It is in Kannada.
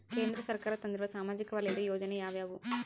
ಕೇಂದ್ರ ಸರ್ಕಾರ ತಂದಿರುವ ಸಾಮಾಜಿಕ ವಲಯದ ಯೋಜನೆ ಯಾವ್ಯಾವು?